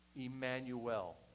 Emmanuel